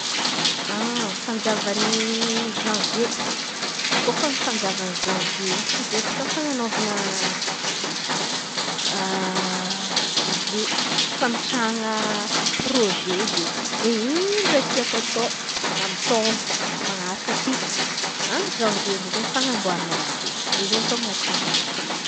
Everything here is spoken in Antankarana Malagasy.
Fanjavany ny zanvie. Kôfa ny fanjavany zanvie io fô bôaka fanan̈aôvana fa- metrahana proze izen̈y hoe ino raha tiako atao amy taôna manaraka ty. Amy zanvie ndre izen̈y fanamboaran̈a raha izen̈y zey tao anaty jerinakà.